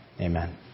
amen